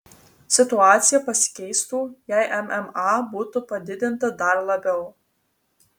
situacija pasikeistų jei mma būtų padidinta dar labiau